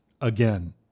again